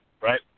Right